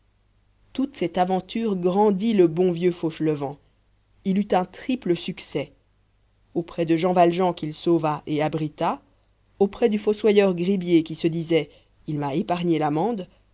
toute cette aventure grandit le bon vieux fauchelevent il eut un triple succès auprès de jean valjean qu'il sauva et abrita auprès du fossoyeur gribier qui se disait il m'a épargné l'amende